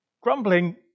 Grumbling